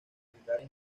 militares